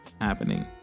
happening